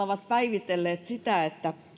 ovat täällä päivitelleet sitä että